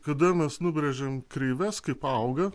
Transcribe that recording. kada mes nubrėžėm kreives kaip auga